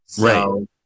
Right